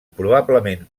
probablement